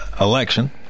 election